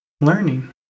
Learning